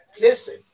Listen